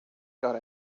got